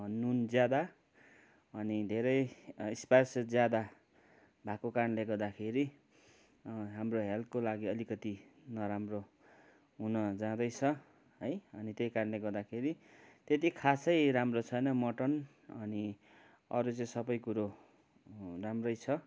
नुन ज्यादा अनि धेरै स्पाइसेस ज्यादा भएको कारणले गर्दाखेरि हाम्रो हेल्थको लागि अलिकति नराम्रो हुन जाँदैछ है अनि त्यही कारणले गर्दाखेरि त्यति खासै राम्रो छैन मटन अनि अरू चाहिँ सबै कुरो राम्रै छ